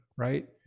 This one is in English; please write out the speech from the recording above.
right